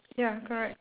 ya correct